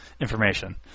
information